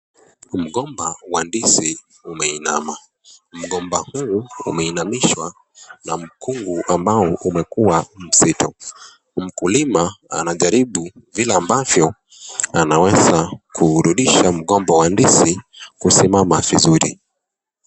Mgomba wa ndizi umeinama. Mgomba huu umeinamishwa na mkuu ambao umekuwa mzito. Mkulima anajaribu vile ambavyo anaweza kurudisha mgomba wa ndizi kusimama vizuri.